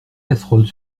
casseroles